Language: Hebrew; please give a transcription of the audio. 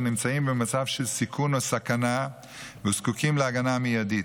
נמצאים במצב של סיכון או סכנה וזקוקים להגנה מיידית.